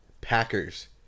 Packers